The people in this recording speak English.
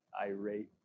irate